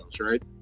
right